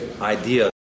idea